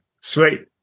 Sweet